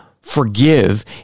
forgive